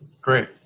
Great